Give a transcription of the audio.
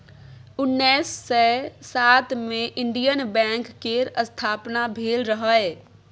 उन्नैस सय सात मे इंडियन बैंक केर स्थापना भेल रहय